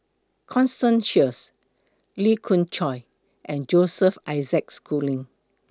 Constance Sheares Lee Khoon Choy and Joseph Isaac Schooling